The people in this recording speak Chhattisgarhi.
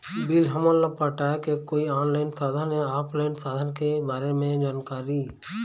बिल हमन ला पटाए के कोई ऑनलाइन साधन या ऑफलाइन साधन के बारे मे जानकारी?